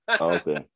Okay